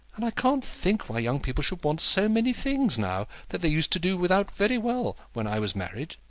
and i can't think why young people should want so many things, now, that they used to do without very well when i was married.